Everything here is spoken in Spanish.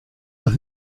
los